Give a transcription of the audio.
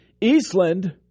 Eastland